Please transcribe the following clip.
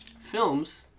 films